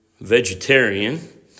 vegetarian